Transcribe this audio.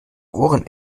ohren